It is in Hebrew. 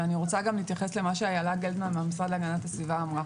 ואני רוצה גם להתייחס למה שאיילה גלדמן מהמשרד להגנת הסביבה אמרה.